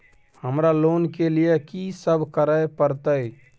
हमरा लोन के लिए की सब करे परतै?